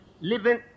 living